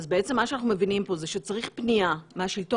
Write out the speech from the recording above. אז בעצם מה שאנחנו מבינים פה זה שצריך פנייה מהשלטון